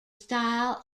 style